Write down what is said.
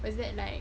what's that like